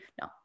no